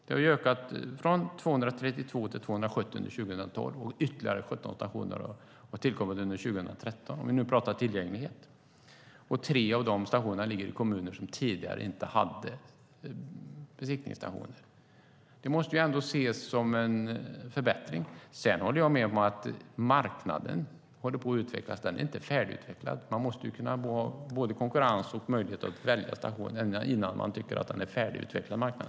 De har ökat från 232 till 270 under 2012, och ytterligare 17 stationer har tillkommit under 2013, om vi nu pratar tillgänglighet. Tre av de stationerna ligger i kommuner som tidigare inte hade besiktningsstationer. Det måste ändå ses som en förbättring. Sedan håller jag med om att marknaden håller på att utvecklas. Den är inte färdigutvecklad. Det måste finnas både konkurrens och möjlighet att välja station innan man kan säga att marknaden är färdigutvecklad.